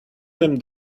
them